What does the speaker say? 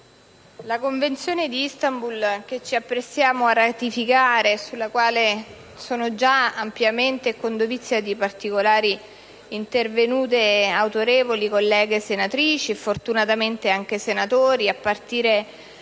la Convenzione di Istanbul che ci apprestiamo a ratificare e sulla quale sono già ampiamente, e con dovizia di particolari, intervenute autorevoli colleghe senatrici - fortunatamente, anche colleghi senatori - a partire